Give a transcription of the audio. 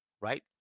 right